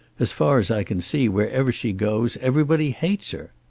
as far as i can see wherever she goes everybody hates her.